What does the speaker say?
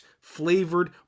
flavored